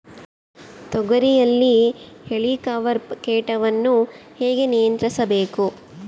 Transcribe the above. ತೋಗರಿಯಲ್ಲಿ ಹೇಲಿಕವರ್ಪ ಕೇಟವನ್ನು ಹೇಗೆ ನಿಯಂತ್ರಿಸಬೇಕು?